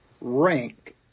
rank